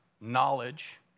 knowledge